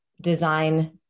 design